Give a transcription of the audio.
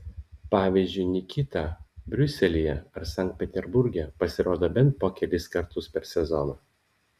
pavyzdžiui nikita briuselyje ar sankt peterburge pasirodo bent po kelis kartus per sezoną